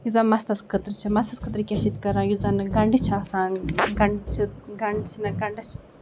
یُس زَن مَستَس خٲطرٕ چھُ مَستَس خٲطرٕ کیاہ چھِ ییٚتہِ کران یُس زَن گَنڈٕ چھُ آسان گَنڈٕ چھِ گنڈٕ چھِنہٕ گَنڈَس چھِنہٕ